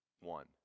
One